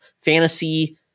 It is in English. fantasy